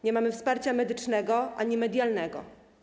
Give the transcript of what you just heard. Nie mamy wsparcia medycznego ani medialnego.